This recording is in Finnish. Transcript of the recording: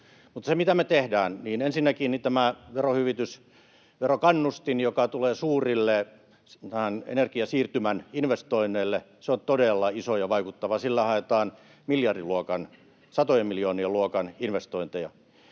Mutta mitä me tehdään: Ensinnäkin tämä verohyvitys, verokannustin, joka tulee suuriin tämän energiasiirtymän investointeihin, on todella iso ja vaikuttava. Sillä haetaan miljardiluokan, satojen miljoonien luokan, investointeja.